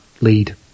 lead